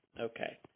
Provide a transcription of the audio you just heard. Okay